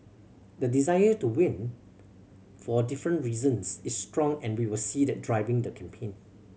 the desire to win for different reasons is strong and we will see that driving the campaign